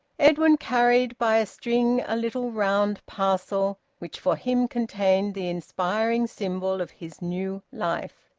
edwin carried by a string a little round parcel which for him contained the inspiring symbol of his new life.